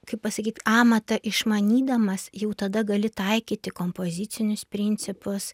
kaip pasakytų amatą išmanydamas jau tada gali taikyti kompozicinius principus